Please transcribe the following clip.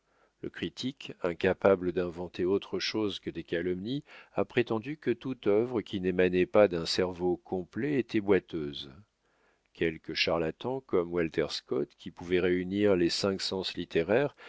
le critique incapable d'inventer autre chose que des calomnies a prétendu que toute œuvre qui n'émanait pas d'un cerveau complet était boiteuse quelques charlatans comme walter scott qui pouvaient réunir les cinq sens littéraires